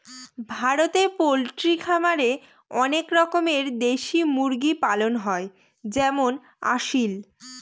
ভারতে পোল্ট্রি খামারে অনেক রকমের দেশি মুরগি পালন হয় যেমন আসিল